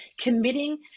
committing